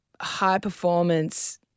high-performance